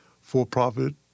for-profit